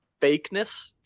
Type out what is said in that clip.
fakeness